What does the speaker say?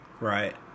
Right